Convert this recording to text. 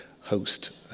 host